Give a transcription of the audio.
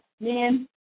men